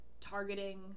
targeting